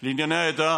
לענייני העדה,